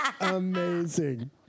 amazing